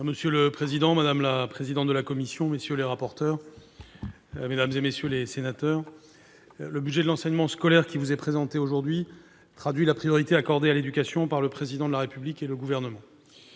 Monsieur le président, madame la présidente de la commission de la culture, messieurs les rapporteurs, mesdames, messieurs les sénateurs, le budget de l'enseignement scolaire qui vous est présenté aujourd'hui traduit la priorité accordée à l'éducation par le Président de la République et le Gouvernement.